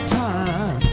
time